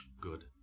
Good